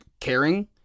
caring